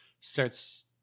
starts